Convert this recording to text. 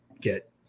get